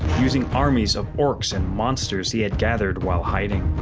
using armies of orcs and monsters he had gathered while hiding.